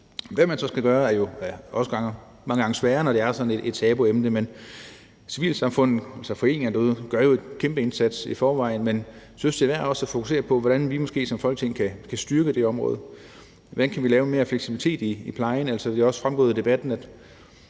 Hvad man så skal gøre, er jo også mange gange sværere at sige, når det er sådan et tabuemne, men civilsamfundet, altså foreningerne derude, gør en kæmpe indsats i forvejen. Men jeg synes, det er værd også at fokusere på, hvordan vi måske som Folketing kan styrke det område, og hvordan vi kan lave mere fleksibilitet i plejen.